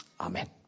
Amen